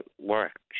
work